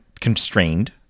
constrained